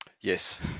Yes